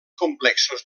complexos